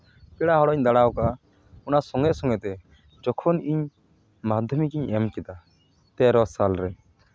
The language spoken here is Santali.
ᱯᱮᱲᱟ ᱦᱚᱲᱚᱜ ᱤᱧ ᱫᱟᱬᱟ ᱟᱠᱟᱫᱟ ᱚᱱᱟ ᱥᱚᱸᱜᱮ ᱥᱚᱸᱜᱮᱛᱮ ᱡᱚᱠᱷᱚᱱ ᱤᱧ ᱢᱟᱫᱽᱫᱷᱚᱢᱤᱠ ᱤᱧ ᱮᱢ ᱠᱮᱫᱟ ᱛᱮᱨᱚ ᱥᱟᱞᱨᱮ